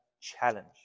challenge